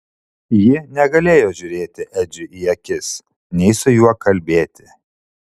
ji negalėjo žiūrėti edžiui į akis nei su juo kalbėti